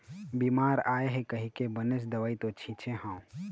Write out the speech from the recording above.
बिमारी आय हे कहिके बनेच दवई तो छिचे हव